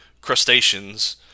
crustaceans